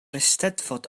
eisteddfod